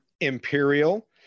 Imperial